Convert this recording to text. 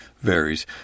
varies